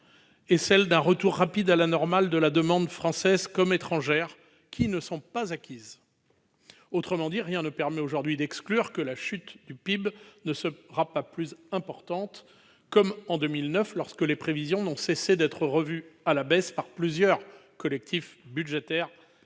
et celle d'un retour rapide à la normale de la demande française comme étrangère. Autrement dit, rien ne permet aujourd'hui d'exclure que la chute du PIB ne sera pas plus importante, comme en 2009 lorsque les prévisions n'ont cessé d'être revues à la baisse dans le cadre de plusieurs collectifs budgétaires